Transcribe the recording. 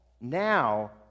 now